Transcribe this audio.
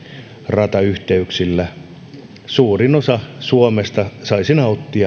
ratayhteyksillä suurin osa suomesta saisi nauttia kohonneista lippujen hinnoista suomen